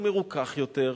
הוא מרוכך יותר,